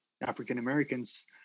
African-Americans